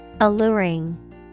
Alluring